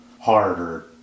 harder